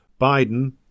biden